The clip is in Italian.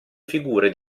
figure